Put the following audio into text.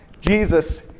Jesus